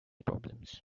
problems